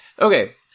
Okay